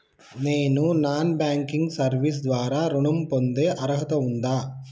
నేను non banking service ద్వారా ఋణం పొందే అర్హత ఉందా?